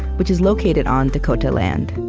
which is located on dakota land.